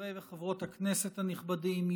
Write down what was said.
חברי וחברות הכנסת הנכבדים,